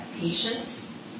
patience